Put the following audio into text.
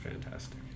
fantastic